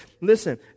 listen